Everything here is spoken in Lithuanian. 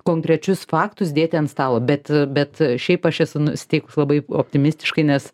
konkrečius faktus dėti ant stalo bet bet šiaip aš esu nusiteikus labai optimistiškai nes